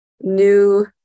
new